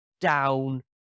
down